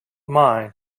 mine